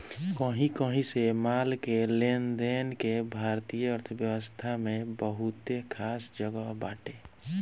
कही कही से माल के लेनदेन के भारतीय अर्थव्यवस्था में बहुते खास जगह बाटे